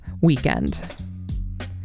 weekend